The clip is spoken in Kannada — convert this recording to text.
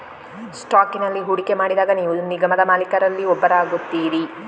ಸ್ಟಾಕಿನಲ್ಲಿ ಹೂಡಿಕೆ ಮಾಡಿದಾಗ ನೀವು ನಿಗಮದ ಮಾಲೀಕರಲ್ಲಿ ಒಬ್ಬರಾಗುತ್ತೀರಿ